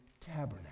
tabernacle